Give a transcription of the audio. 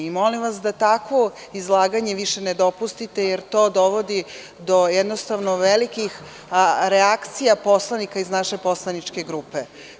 Molim vas da tako izlaganje više ne dopustite jer to dovodi do jednostavno velikih reakcija poslanika iz naše poslaničke grupe.